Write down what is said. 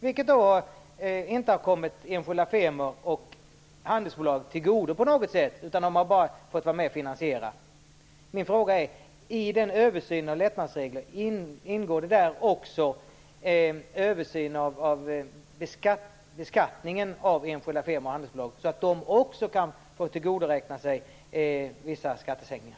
Detta har inte kommit enskilda firmor och handelsbolag till godo på något sätt. De har bara fått vara med och finansiera. Min fråga är: Ingår det i översynen av lättnadsreglerna också en översyn av beskattningen av enskilda firmor och handelsbolag så att de också kan få vissa skattesänkningar?